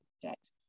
project